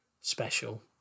special